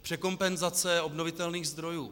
Překompenzace obnovitelných zdrojů.